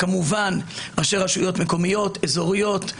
ראשי רשויות מקומיות ואזוריות,